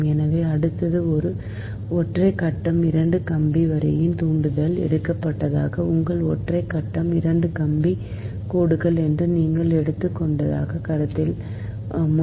எனவே அடுத்தது ஒரு ஒற்றை கட்டம் 2 கம்பி வரியின் தூண்டல் எடுத்துக்காட்டாக உங்கள் ஒற்றை கட்டம் 2 கம்பி கோடுகள் என்று நீங்கள் எடுத்துக் கொண்டதாக கருதுவதற்கு முன்